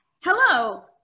Hello